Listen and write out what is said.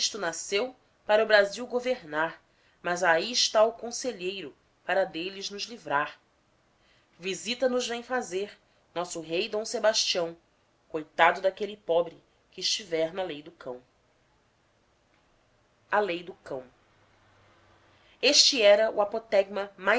nasceu para o brazil governar mas ahi está o conselheiro para delles nos livrar visita nos vem fazer nosso rei d sebastião coitado daquele pobre que estiver na lei do cão lei do cão este era o apotegma